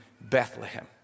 Bethlehem